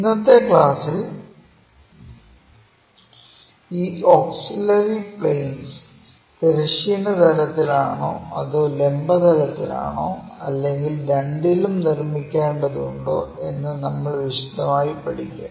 ഇന്നത്തെ ക്ലാസ്സിൽ ഈ ഓക്സിലറി പ്ലെയിൻസ് തിരശ്ചീന തലത്തിൽ ആണോ അതോ ലംബ തലത്തിൽ ആണോ അല്ലെങ്കിൽ രണ്ടിലും നിർമ്മിക്കേണ്ടതുണ്ടോ എന്ന് നമ്മൾ വിശദമായി പഠിക്കും